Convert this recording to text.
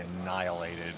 annihilated